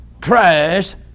Christ